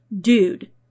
dude